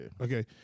Okay